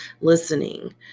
listening